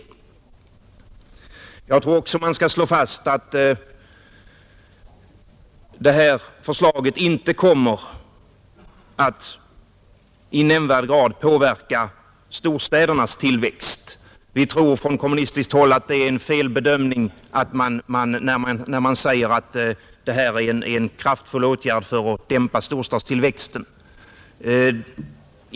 Jag tror också att man skall slå fast att det föreliggande förslaget inte i nämnvärd grad kommer att påverka storstädernas tillväxt. Vi tror från kommunistiskt håll att det är en felbedömning när man säger att det är en kraftfull åtgärd för att dämpa storstadstillväxten.